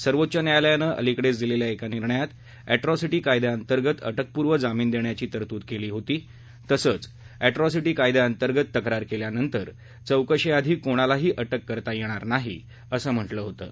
सर्वोच्च न्यायालयानं अलिकडेच दिलेल्या एका निर्णयात एट्रॉसिटी कायद्याअंतर्गत अटकपूर्व जामीन देण्याची तरतूद केली होती तसंच एट्रॉसिटी कायद्याअंतर्गत तक्रार केल्यानंतर चौकशीआधी कोणालाही अटक करता येणार नाही असं म्हटलं होतं